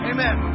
Amen